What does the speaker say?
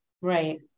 Right